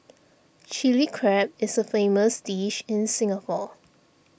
Chilli Crab is a famous dish in Singapore